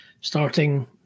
starting